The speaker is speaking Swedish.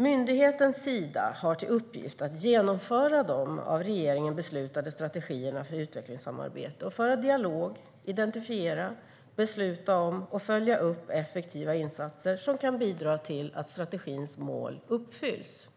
Myndigheten Sida har till uppgift att genomföra de av regeringen beslutade strategierna för utvecklingssamarbete och föra dialog, identifiera, besluta om och följa upp effektiva insatser som kan bidra till att strategins mål uppfylls.